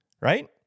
Right